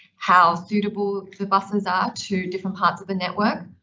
how suitable the buses are to different parts of the network,